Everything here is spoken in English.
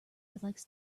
collects